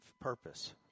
purpose